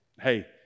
hey